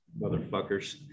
Motherfuckers